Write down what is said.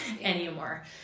anymore